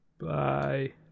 Bye